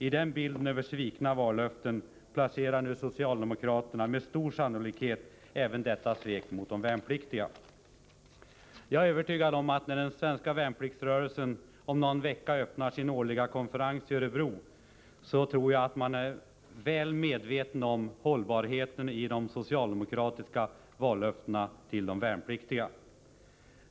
I bilden över svikna vallöften placerar nu socialdemokraterna med stor sannolikhet även detta svek mot de värnpliktiga. Jag är övertygad om att när den svenska värnpliktsrörelsen om någon vecka öppnar sin årliga konferens i Örebro, är den väl medveten om hållbarheten i de socialdemokratiska vallöftena till de värnpliktiga.